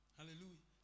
Hallelujah